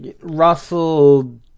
Russell